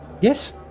Yes